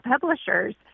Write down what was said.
publishers